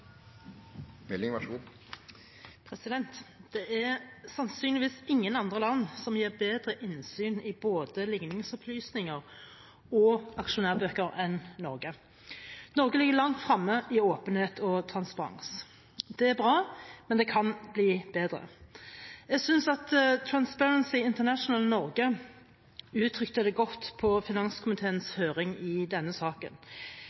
gir bedre innsyn i både ligningsopplysninger og aksjonærbøker enn Norge. Norge ligger langt fremme i åpenhet og transparens. Det er bra, men det kan bli bedre. Jeg synes at Transparency International Norge uttrykte det godt på finanskomiteens høring i denne saken